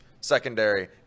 secondary